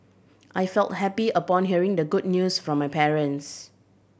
I felt happy upon hearing the good news from my parents